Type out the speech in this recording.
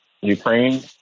Ukraine